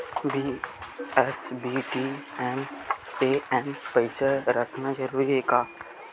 BSBDA मा पईसा रखना जरूरी हे का?